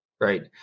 right